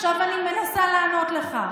עכשיו אני מנסה לענות לך.